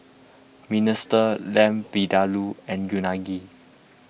Minestrone Lamb Vindaloo and Unagi